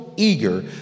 eager